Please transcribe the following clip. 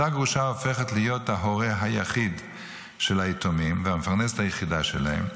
אותה גרושה הופכת להיות ההורה היחיד של היתומים והמפרנסת היחידה שלהם.